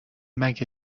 مگه